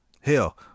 Hell